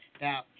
Now